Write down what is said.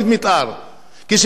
כשאין לך תוכנית מיתאר,